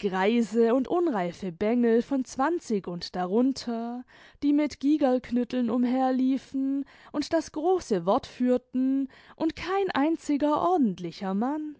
greise und imreife bengel von zwanzig und darunter die mit gigerlknütteln imiherliefen imd das große wort führten imd kein einziger ordentlicher mann